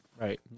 Right